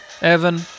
Evan